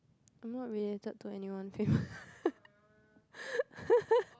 I'm not related to anyone famous